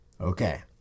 okay